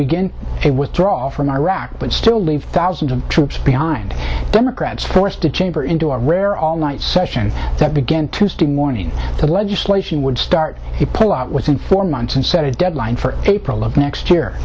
begin a withdrawal from iraq but still leave thousands of troops behind democrats forced to chamber into a rare all night session that began tuesday morning the legislation would start he pull out within four months and set a deadline for april of next year